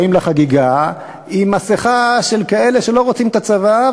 באים לחגיגה עם מסכה של כאלה שלא רוצים את הצבא,